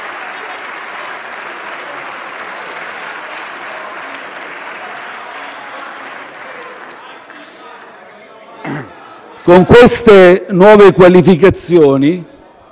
Con queste nuove quantificazioni